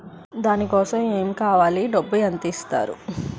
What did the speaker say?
దాని కోసం ఎమ్ కావాలి డబ్బు ఎంత ఇస్తారు?